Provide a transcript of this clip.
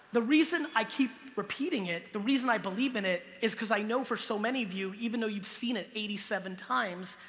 the reason i keep repeating it, the reason i believe in it, is cause i know for so many of you, even though you've seen it eighty seven times,